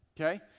Okay